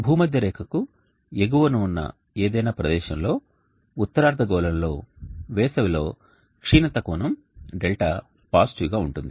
భూమధ్యరేఖకు ఎగువన ఉన్న ఏదైనా ప్రదేశం లో ఉత్తర అర్ధగోళంలో వేసవిలో క్షీణత కోణం δ పాజిటివ్ గా ఉంటుంది